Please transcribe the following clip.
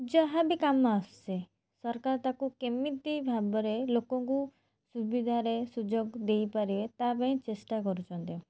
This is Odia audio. ଯାହା ବି କାମ ଆସୁଛି ସରକାର ତାକୁ କେମିତି ଭାବରେ ଲୋକଙ୍କୁ ସୁବିଧାରେ ସୁଯୋଗ ଦେଇ ପାରିବେ ତା'ପାଇଁ ଚେଷ୍ଟା କରୁଛନ୍ତି